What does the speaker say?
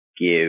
give